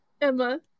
Emma